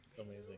Amazing